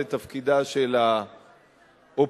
זה תפקידה של האופוזיציה,